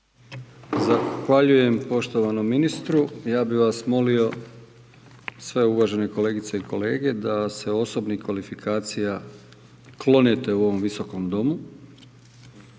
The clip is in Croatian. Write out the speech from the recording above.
Zahvaljujem poštovanom ministru. Ja bih vas molio sve uvažene kolegice i kolege da se osobnih kvalifikacija klonete u ovom Visokom domu.